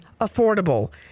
affordable